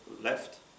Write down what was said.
left